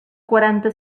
quaranta